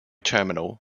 terminal